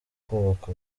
kubaka